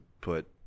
put